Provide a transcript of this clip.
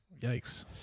Yikes